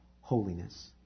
holiness